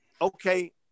okay